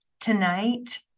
tonight